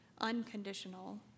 unconditional